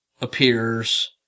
appears